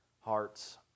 hearts